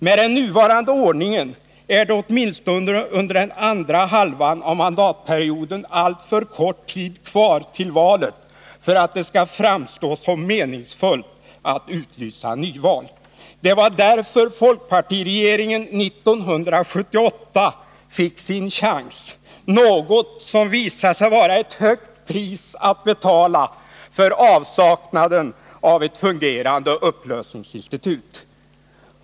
Med den nuvarande ordningen är det åtminstone under den andra halvan av mandatperioden alltför kort tid kvar till valet för att det skall framstå som meningsfullt att utlysa nyval. Det var därför folkpartiregeringen 1978 fick sin chans — något som visade sig vara ett högt pris att betala för avsaknaden av ett fungerande upplösningsinstrument.